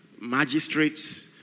magistrates